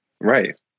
right